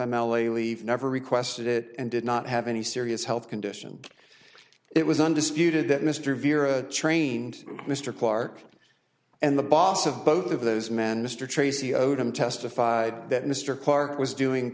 f m l a leave never requested it and did not have any serious health condition it was undisputed that mr vierra trained mr clarke and the boss of both of those men mr tracy odom testified that mr karr was doing